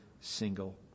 single